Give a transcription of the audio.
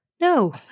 no